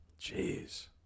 Jeez